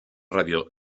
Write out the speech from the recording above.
radio